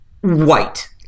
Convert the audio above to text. white